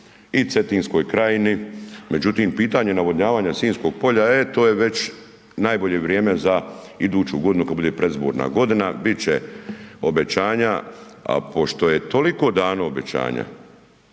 i Cetinskoj krajini, međutim pitanje navodnjavanja Sinjskog polja, e to je već najbolje vrijeme za iduću godinu kad bude predizborna godina, bit će obećanja, a pošto je toliko dano obećanja,